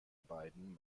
beidem